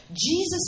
Jesus